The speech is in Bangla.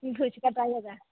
তুমি ফুচকাটা আলাদা